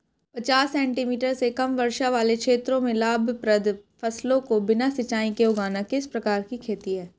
पचास सेंटीमीटर से कम वर्षा वाले क्षेत्रों में लाभप्रद फसलों को बिना सिंचाई के उगाना किस प्रकार की खेती है?